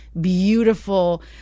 beautiful